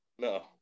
No